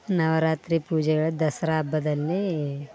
ನವರಾತ್ರಿ ಪೂಜೆಗಳ ದಸರಾ ಹಬ್ಬದಲ್ಲೀ